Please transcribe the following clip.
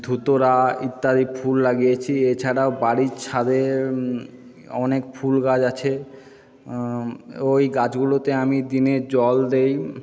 ধুতুরা ইত্যাদি ফুল লাগিয়েছি এছাড়াও বাড়ির ছাদে অনেক ফুল গাছ আছে ওই গাছগুলোতে আমি দিনে জল দিই